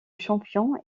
champion